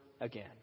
again